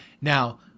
Now